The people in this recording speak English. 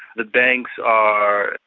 the banks are.